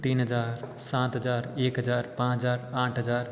तीन हजार सात हजार एक हजार पाँच हजार आठ हजार